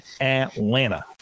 Atlanta